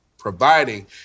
Providing